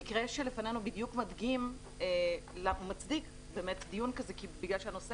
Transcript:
המקרה שלפנינו בדיוק מצדיק דיון כזה בגלל שבנושא